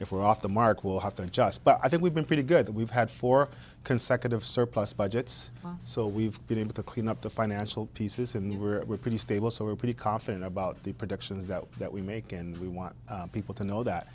if we're off the mark we'll have to adjust but i think we've been pretty good that we've had four consecutive surplus budgets so we've been able to clean up the financial pieces and they were pretty stable so we're pretty confident about the projections that that we make and we want people to know that